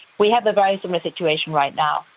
we have a very similar situation right now.